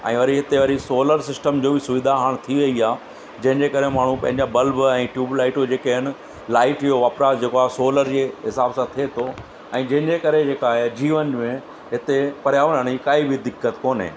ऐं वरी हिते वरी सोलर सिस्टम जो बि सुविधा हाणे थी वई आहे जंहिंजे करे माण्हू पंहिंजा बल्ब ऐं ट्यूब लाइटूं जेके आहिनि लाइट जो वापरासि जेको आहे सोलर जे हिसाब सां थिए थो ऐं जंहिंजे करे जेका आहे जीवन में हिते पर्यावरण ई काई बि दिक़त कोन्हे